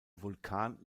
vulkan